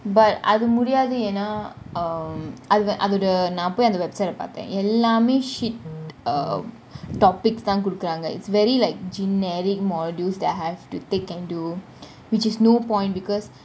but அது முடியாது என்ன :athu mudiyathu enna um அதோட நான் பொய் அந்த :athoda naan poi antha website பாத்தான் எல்லாமே :paathan ellamey shit uh topics தான் குடுக்குறாங்க :thaan kudukuranga it's very like generic modules that I have to take and do which is no point because